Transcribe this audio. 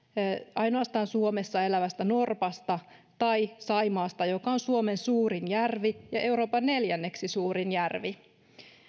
ainoastaan suomessa elävästä norpasta tai saimaasta joka on suomen suurin järvi ja euroopan neljänneksi suurin järvi